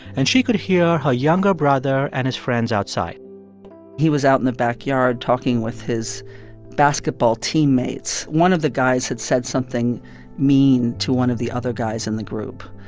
and she could hear her younger brother and his friends outside he was out in the backyard, talking with his basketball teammates. one of the guys had said something mean to one of the other guys in the group,